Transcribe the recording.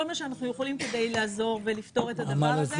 מה שאנחנו יכולים כדי לעזור ולפתור את הדבר הזה.